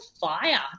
fire